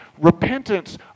repentance